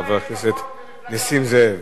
חבר הכנסת נסים זאב.